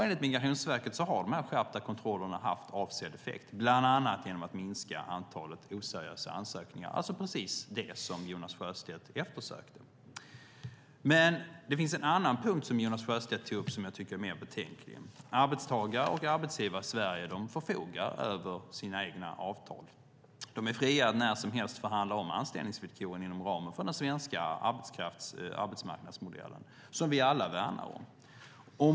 Enligt Migrationsverket har de skärpta kontrollerna haft avsedd effekt, bland annat genom att minska antalet oseriösa ansökningar - precis det som Jonas Sjöstedt efterlyste. En annan punkt som Jonas Sjöstedt tog upp tycker jag är mer betänklig. Arbetstagare och arbetsgivare i Sverige förfogar över sina egna avtal. De är fria att när som helst omförhandla anställningsvillkoren inom ramen för den svenska arbetsmarknadsmodellen som vi alla värnar om.